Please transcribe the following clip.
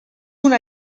una